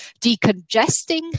decongesting